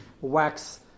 wax